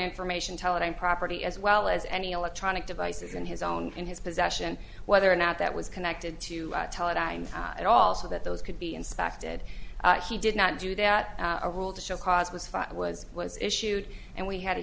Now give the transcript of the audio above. information telephone property as well as any electronic devices in his own in his possession whether or not that was connected to tell it and it all so that those could be inspected he did not do that a rule to show cause was five was was issued and we had a